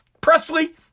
Presley